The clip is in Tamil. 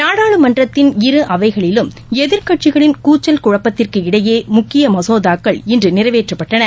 நாடாளுமன்றத்தின் இரு அவைகளிலும் எதிர்கட்சிகளின் கூச்சல் குழப்பத்திற்கு இடையே முக்கிய மசோதாக்கள் இன்று நிறைவேற்றப்பட்டன